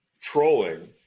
trolling